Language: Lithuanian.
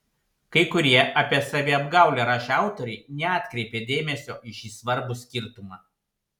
kai kurie apie saviapgaulę rašę autoriai neatkreipė dėmesio į šį svarbų skirtumą